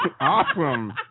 Awesome